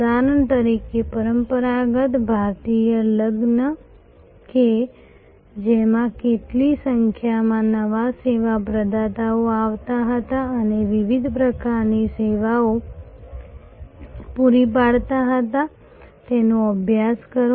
ઉદાહરણ તરીકે પરંપરાગત ભારતીય લગ્ન કે જેમાં કેટલી સંખ્યામાં નાના સેવા પ્રદાતાઓ આવતા હતા અને વિવિધ પ્રકારની સેવાઓ પૂરી પાડતા હતા તેનો અભ્યાસ કરો